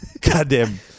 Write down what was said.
goddamn